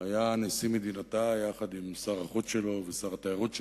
שבועות היה כאן נשיא מדינתה יחד עם שר החוץ שלו ושר התיירות שלו,